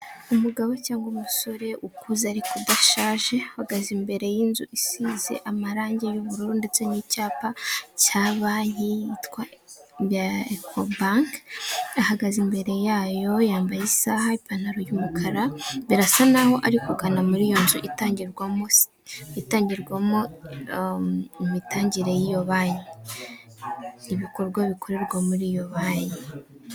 Umugabo cyangwa umusore ukuze ariko udashaje uhagaze imbere y'inzu isize amarangi y'ubururu ndetse n'icyapa cya banki yitwa Eco bank, ahagaze imbere yayo, yambaye isaha, ipantaro y'umukara, birasa naho ari kugana muri iyo nzu itangirwamo imitangire y'iyo banki, ibikorwa bikorerwa muri iyo banki.